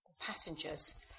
passengers